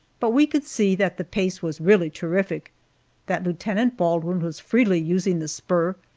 but we could see that the pace was really terrific that lieutenant baldwin was freely using the spur,